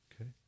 okay